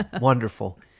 Wonderful